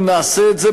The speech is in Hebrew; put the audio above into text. אם נעשה את זה,